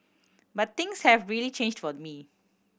but things have really changed for me